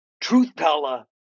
truth-teller